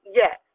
yes